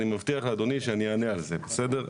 אני מבטיח לך אדוני שאני אענה על זה, בסדר?